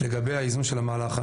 לגבי האיזון של המהלך,